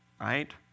right